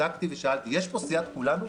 בדקתי ושאלתי: יש פה סיעת כולנו?